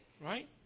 right